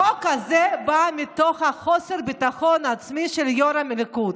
החוק הזה בא מתוך חוסר ביטחון עצמי של יו"ר הליכוד.